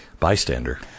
bystander